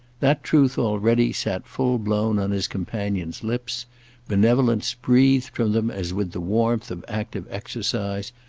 that truth already sat full-blown on his companion's lips benevolence breathed from them as with the warmth of active exercise,